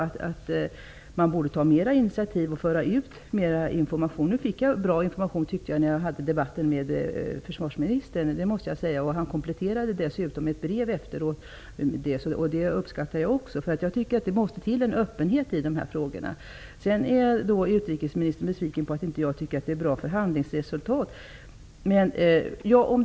Man borde ta fler initiativ och föra ut mer information. Nu fick jag bra information när jag debatterade med försvarsministern; det måste jag säga. Han kompletterade dessutom med ett brev efteråt, vilket jag också uppskattar. Det måste till en öppenhet i dessa frågor. Utrikesministern är besviken över att jag inte tycker att förhandlingsresultaten är bra.